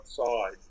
outside